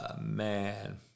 man